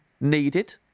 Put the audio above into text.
needed